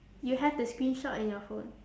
you have the screenshot in your phone